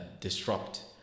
disrupt